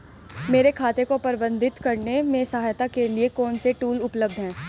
मेरे खाते को प्रबंधित करने में सहायता के लिए कौन से टूल उपलब्ध हैं?